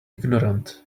ignorant